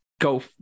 go